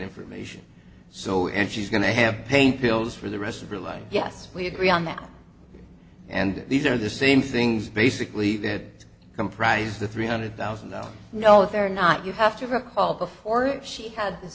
information so if she's going to have pain pills for the rest of her life yes we agree on that and these are the same things basically that comprise the three hundred thousand don't know if they're not you have to recall before she had